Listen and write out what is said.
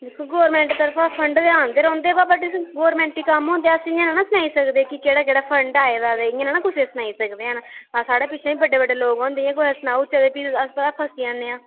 दिक्खो गौरमेंट तरफा फं'ड ते आंदे रौंह्दे बा बट अस गौरमेंटी कम्म होंदा अस इ'यां निं ना सनाई सकदे कि केह्ड़ा केह्ड़ा फं'ड आए दा ते इ'या नना कुसै ई सनाई सकदे हैन आ साढ़े पिच्छें बी बड्डे बड्डे लोक होंदे इ'यां कुतै सनाई ओड़चै ते भी अस पता फसी जन्ने आं